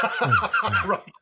right